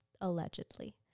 Allegedly